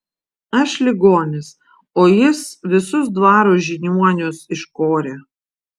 aš ligonis o jis visus dvaro žiniuonius iškorė